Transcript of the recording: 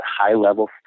high-level